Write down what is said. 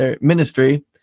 ministry